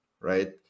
right